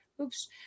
oops